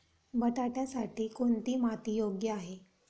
बटाट्यासाठी कोणती माती योग्य आहे?